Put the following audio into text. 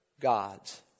gods